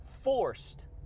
forced